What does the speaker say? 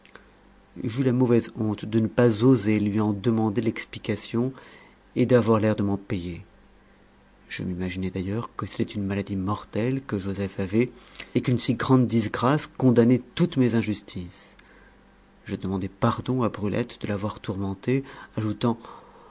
j'eus la mauvaise honte de ne pas oser lui en demander l'explication et d'avoir l'air de m'en payer je m'imaginai d'ailleurs que c'était une maladie mortelle que joseph avait et qu'une si grande disgrâce condamnait toutes mes injustices je demandai pardon à brulette de l'avoir tourmentée ajoutant